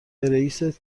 رئیست